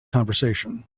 conversation